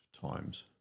times